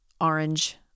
orange